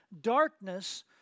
darkness